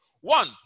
One